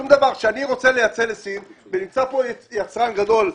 כשאני רוצה לייצא לסין - ונמצא כאן יצרן גדול,